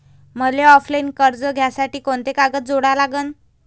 मले ऑफलाईन कर्ज घ्यासाठी कोंते कागद जोडा लागन?